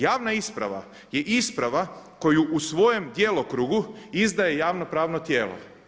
Javna isprava je isprava koju u svojem djelovanju izdaje javno pravno tijelo.